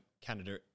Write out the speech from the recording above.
Canada